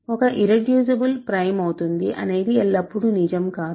ఒక irreducible prime అవుతుంది అనేది ఎల్లప్పుడూ నిజం కాదు